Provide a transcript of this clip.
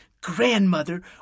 grandmother